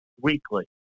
weekly